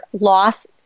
loss